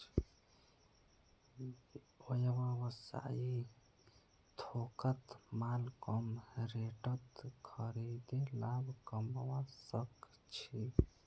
व्यवसायी थोकत माल कम रेटत खरीदे लाभ कमवा सक छी